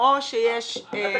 לאחד?